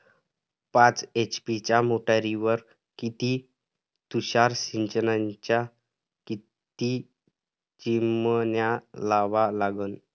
पाच एच.पी च्या मोटारीवर किती तुषार सिंचनाच्या किती चिमन्या लावा लागन?